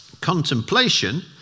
contemplation